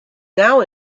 now